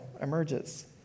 emerges